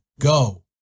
Go